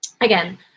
again